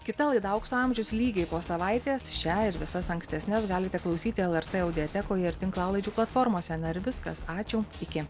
kita laida aukso amžius lygiai po savaitės šią ir visas ankstesnes galite klausyti el er tė audiotekoje ir tinklalaidžių platformose na ir viskas ačiū iki